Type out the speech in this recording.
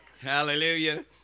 Hallelujah